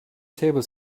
table